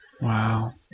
Wow